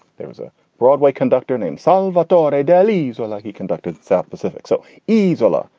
there was a broadway conductor named salvadore deli's where like he conducted the south pacific so easily.